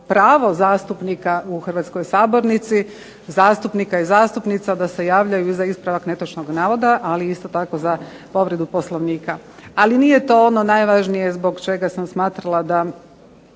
pravo zastupnika u hrvatskoj sabornici, zastupnika i zastupnica da se javljaju i za ispravak netočnog navoda, ali isto tako za povredu Poslovnika. Ali nije to ono najvažnije zbog čega sam smatrala da